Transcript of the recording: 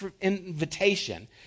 invitation